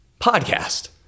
podcast